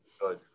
Good